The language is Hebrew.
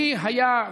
לי היה,